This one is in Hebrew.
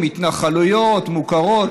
התנחלויות מוכרות,